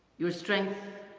your strength